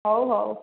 ହେଉ ହେଉ